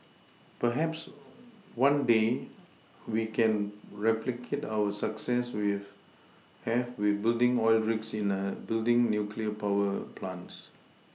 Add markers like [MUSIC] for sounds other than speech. perhaps one day we can replicate our success we [UNINTELLIGIBLE] have with building oil rigs in building nuclear power plants